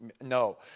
No